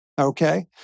Okay